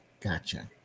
Gotcha